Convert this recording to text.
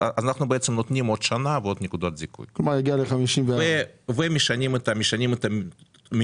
אנחנו בעצם נותנים עוד שנה ועוד נקודת זיכוי משנים את המתווה